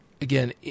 again